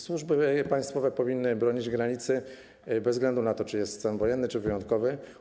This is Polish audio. Służby państwowe powinny bronić granicy bez względu na to, czy jest stan wojenny lub wyjątkowy.